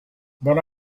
but